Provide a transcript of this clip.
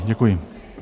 Děkuji.